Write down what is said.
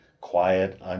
quiet